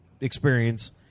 experience